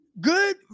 Good